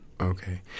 okay